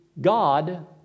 God